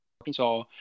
Arkansas